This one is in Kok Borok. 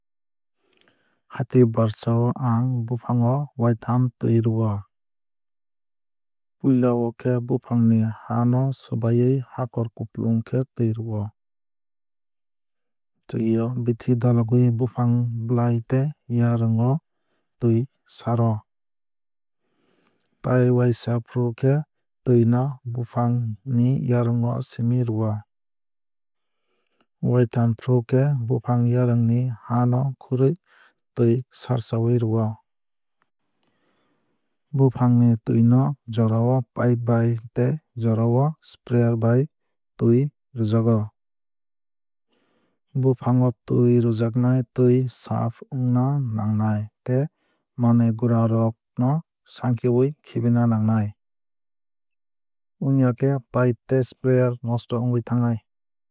Hati barsa o ang bufango waitham twui rwio. Puila o khe bufang ni ha no swbaiwuui hakor kupulwng khe twui rwio. Twui o bithi dalogwui bufang blai tei yarwng o twui sar o. Tai waisa fru khe twui no bufangni yarwng o simi rwio. Waitham fru khe bufang yarwng ni ha no khurui twui sarchawui rwio. Bufang o twui no jora o pipe bai tei jora o sprayer bai twui rwjago. Bufang o twui rwjaknai twui saaf ongna nangnai tei manwui gura rok no sankiwui khibina nangnai. Wngya khe pipe tei sprayer nosto wngwui thangnai.